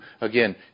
again